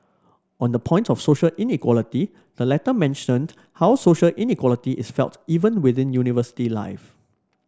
on the point of social inequality the letter mentioned how social inequality is felt even within university life